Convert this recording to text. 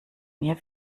mir